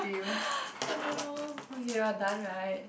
I don't know okay we are done right